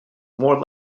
more